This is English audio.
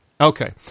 Okay